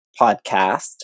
podcast